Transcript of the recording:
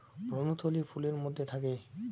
ভ্রূণথলি ফুলের মধ্যে থাকে